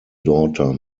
daughter